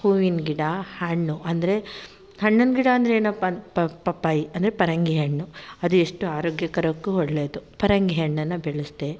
ಹೂವಿನ ಗಿಡ ಹಣ್ಣು ಅಂದರೆ ಹಣ್ಣಿನ ಗಿಡ ಅಂದರೆ ಏನಪ್ಪಾ ಅಂತ ಪಪ್ಪಾಯ್ ಅಂದರೆ ಪರಂಗಿ ಹಣ್ಣು ಅದು ಎಷ್ಟು ಆರೋಗ್ಯಕರಕ್ಕೂ ಒಳ್ಳೆಯದು ಪರಂಗಿ ಹಣ್ಣನ್ನು ಬೆಳೆಸಿದೆ